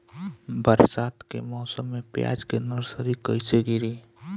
बरसात के मौसम में प्याज के नर्सरी कैसे गिरी?